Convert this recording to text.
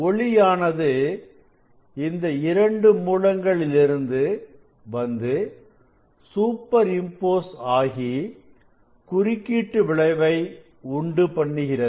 ஒளியானது இந்த இரண்டு மூலங்கள் இருந்து வந்து சூப்பர் இம்போஸ் ஆகி குறுக்கீட்டு விளைவை உண்டு பண்ணுகிறது